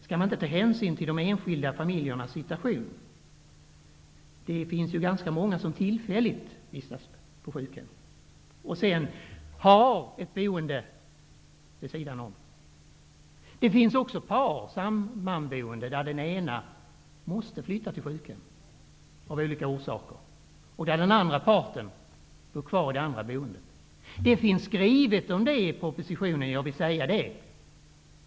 Skall man inte ta hänsyn till de enskilda familjernas situation? Det finns ju ganska många som tillfälligt vistas på sjukhem och har ett eget boende vid sidan om. Det händer också, av olika orsaker, att den ena i ett par sammanboende måste flytta till sjukhem och att den andra parten bor kvar i det andra boendet. Det finns skrivet om det i propositionen, det skall jag säga.